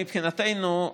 מבחינתנו,